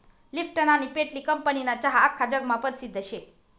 Lipton आनी पेटली कंपनीना चहा आख्खा जगमा परसिद्ध शे